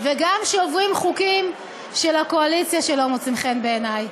וגם כשעוברים חוקים של הקואליציה שלא מוצאים חן בעיני.